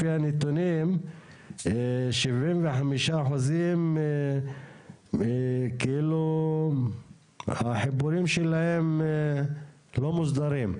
לפי הנתונים 75% כאילו החיבורים שלהם לא מוסדרים.